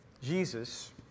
Jesus